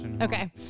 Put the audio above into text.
Okay